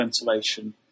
ventilation